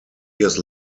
years